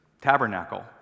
tabernacle